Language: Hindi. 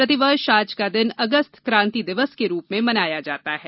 प्रतिवर्ष आज का दिन अगस्त क्रांति दिवस के रूप में मनाया जाता है